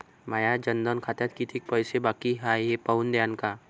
माया जनधन खात्यात कितीक पैसे बाकी हाय हे पाहून द्यान का?